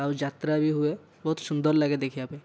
ଆଉ ଯାତ୍ରା ବି ହୁଏ ବହୁତ ସୁନ୍ଦର ଲାଗେ ଦେଖିବାପାଇଁ